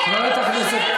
אני שותפה?